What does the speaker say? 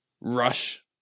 rush